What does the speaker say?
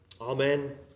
Amen